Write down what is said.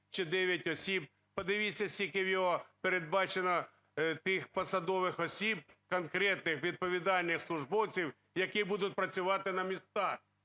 осіб. Подивіться, скільки в нього передбачено тих посадових осіб, конкретних відповідальних службовців, які будуть працювати на місцях,